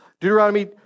Deuteronomy